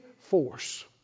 force